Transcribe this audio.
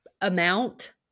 amount